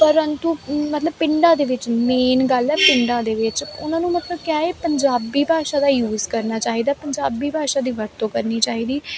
ਪਰੰਤੂ ਮਤਲਬ ਪਿੰਡਾਂ ਦੇ ਵਿੱਚ ਮੇਨ ਗੱਲ ਹੈ ਪਿੰਡਾਂ ਦੇ ਵਿੱਚ ਉਹਨਾਂ ਨੂੰ ਮਤਲਬ ਕਿਆ ਏ ਪੰਜਾਬੀ ਭਾਸ਼ਾ ਦਾ ਯੂਜ ਕਰਨਾ ਚਾਹੀਦਾ ਪੰਜਾਬੀ ਭਾਸ਼ਾ ਦੀ ਵਰਤੋਂ ਕਰਨੀ ਚਾਹੀਦੀ